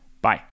Bye